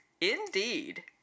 indeed